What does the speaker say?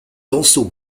also